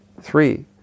Three